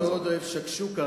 אני אוהב מאוד שקשוקה,